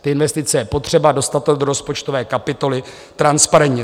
Ty investice je potřeba dostat to do rozpočtové kapitoly transparentně.